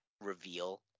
reveal